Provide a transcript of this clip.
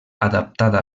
adaptada